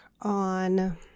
on